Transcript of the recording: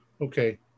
Okay